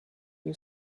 you